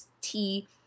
tea